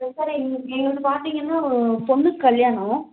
sir எங்கள் எங்களது பார்த்தீங்கன்னா பொண்ணுக்கு கல்யாணம்